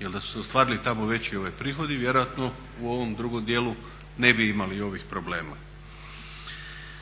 Jel da su se ostvarili tamo veći prihodi vjerojatno u ovom drugom djelu ne bi imali ovih problema.